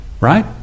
right